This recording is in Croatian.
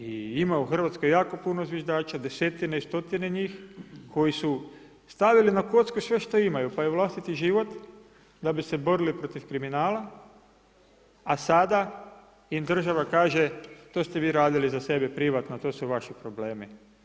I ima u Hrvatskoj jako puno zviždača, desetine i stotine njih koji su stavili na kocku sve što imaju pa i vlastiti život da bi se borili protiv kriminala, a sada ima država kaže to ste vi radili za sebe privatno, to su vaši problemi.